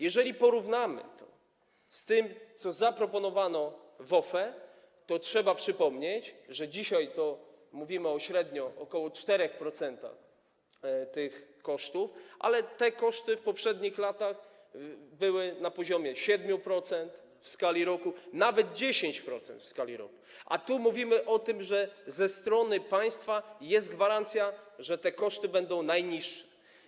Jeżeli porównamy to z tym, co zaproponowano w OFE, to trzeba przypomnieć, że dzisiaj mówimy średnio o ok. 4% tych kosztów, ale te koszty w poprzednich latach były na poziomie 7% w skali roku, nawet 10% w skali roku, a tu mówimy o tym, że ze strony państwa jest gwarancja, że te koszty będą najniższe.